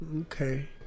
Okay